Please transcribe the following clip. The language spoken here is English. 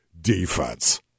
defense